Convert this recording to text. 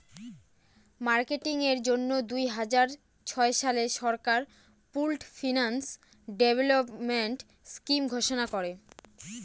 marketing এর জন্য দুই হাজার ছয় সালে সরকার পুল্ড ফিন্যান্স ডেভেলপমেন্ট স্কিম ঘোষণা করে